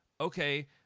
okay